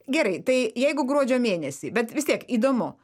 gerai tai jeigu gruodžio mėnesį bet vis tiek įdomu